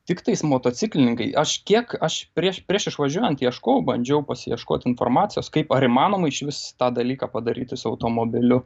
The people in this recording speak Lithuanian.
tiktais motociklininkai aš kiek aš prieš prieš išvažiuojant ieškojau bandžiau pasiieškoti informacijos kaip ar įmanoma išvis tą dalyką padaryti su automobiliu